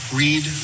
read